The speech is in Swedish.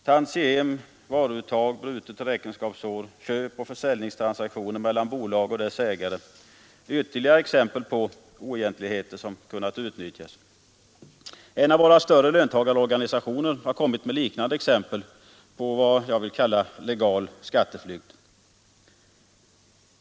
Tantiem, varuuttag, brutet räkenskapsår, köpoch försäljningstransaktioner mellan bolag och dess ägare är ytterligare exempel på oegentligheter som kunnat utnyttjas. En av våra större löntagarorganisationer har kommit med liknande exempel på vad jag vill kalla ”illegal skatteflykt”.